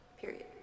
period